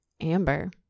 Amber